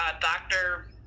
doctor